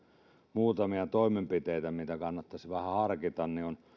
muutamia toimenpiteitä mitä kannattaisi vähän harkita